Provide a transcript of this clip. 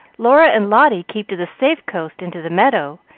laura and lotty keep to the safe coast into the meadow,